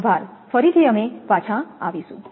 આભાર ફરીથી અમે પાછા આવીશું